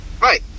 right